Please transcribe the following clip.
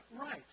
right